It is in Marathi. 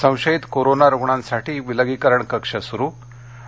संशयित कोरोना रुग्णांसाठी विलगीकरण कक्ष सूरू आणि